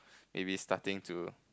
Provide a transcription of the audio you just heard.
maybe starting to